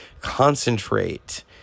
concentrate